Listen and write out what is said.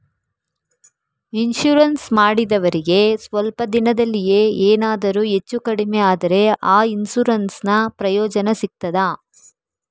Insurance ಮಾಡಿದವರಿಗೆ ಸ್ವಲ್ಪ ದಿನದಲ್ಲಿಯೇ ಎನಾದರೂ ಹೆಚ್ಚು ಕಡಿಮೆ ಆದ್ರೆ ಆ ಇನ್ಸೂರೆನ್ಸ್ ನ ಪ್ರಯೋಜನ ಸಿಗ್ತದ?